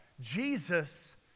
Jesus